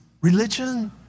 Religion